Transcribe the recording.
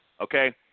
Okay